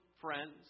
friends